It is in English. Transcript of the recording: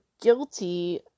guilty